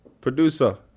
producer